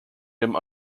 him